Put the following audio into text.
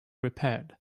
repaired